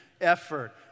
effort